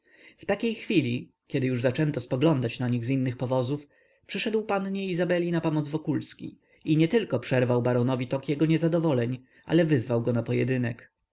w takiej chwili kiedy już zaczęto spoglądać na nich z innych powozów przyszedł pannie izabeli na pomoc wokulski i nietylko przerwał baronowi tok jego niezadowoleń ale wyzwał go na pojedynek